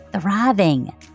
thriving